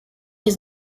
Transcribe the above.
his